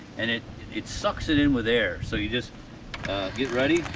and it it sucks it in with air, so you just get ready,